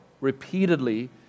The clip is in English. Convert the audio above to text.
repeatedly